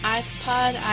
iPod